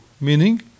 meaning